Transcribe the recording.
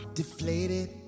deflated